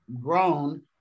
grown